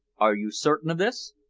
are you certain of this?